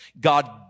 God